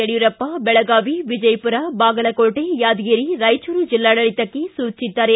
ಯಡಿಯೂರಪ್ಪ ಬೆಳಗಾವಿ ವಿಜಯಪುರ ಬಾಗಲಕೋಟೆ ಯಾದಗಿರಿ ರಾಯಚೂರು ಜಿಲ್ಲಾಡಳಿತಕ್ಕೆ ಸೂಚಿಸಿದ್ದಾರೆ